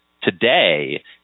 today